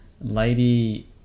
Lady